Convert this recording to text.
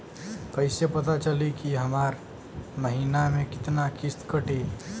कईसे पता चली की हमार महीना में कितना किस्त कटी?